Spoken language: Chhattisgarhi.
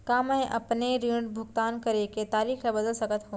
का मैं अपने ऋण भुगतान करे के तारीक ल बदल सकत हो?